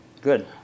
Good